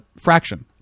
fraction